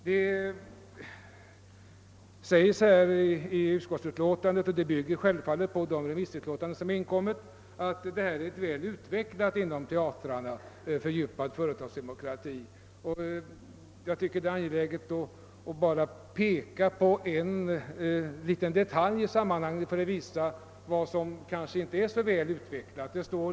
Det sägs i utskottsutlåtandet — det bygger självfallet på remissyttrandena — att företagsdemokratin är väl utvecklad inom teatrarna. Jag anser det därför angeläget att peka på en detalj i sammanhanget för att visa att så kanske inte är fallet.